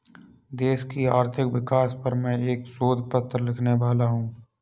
देश की आर्थिक विकास पर मैं एक शोध पत्र लिखने वाला हूँ